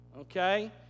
Okay